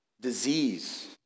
disease